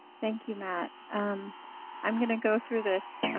thank you, matt. and i'm gonna go through this.